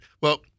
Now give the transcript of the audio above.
Well-